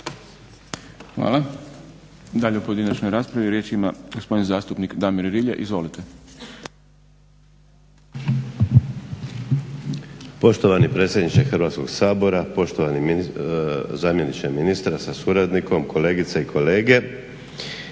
Hvala. Dalje u pojedinačnoj raspravi ima gospodin zastupnik Damir Rilje. Izvolite. **Rilje, Damir (SDP)** Poštovani predsjedniče Hrvatskog sabora, poštovani zamjeniče ministra da suradnikom, kolegice i kolege.